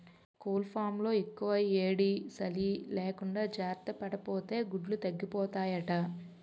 కోళ్లఫాంలో యెక్కుయేడీ, సలీ లేకుండా జార్తపడాపోతే గుడ్లు తగ్గిపోతాయట